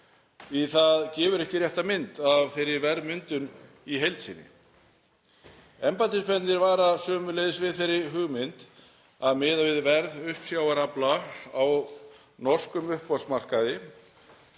það gefi ekki rétta mynd af þeirri verðmyndun í heild sinni. Embættismennirnir vara sömuleiðis við þeirri hugmynd að miða við verð uppsjávarafla á norskum uppboðsmarkaði.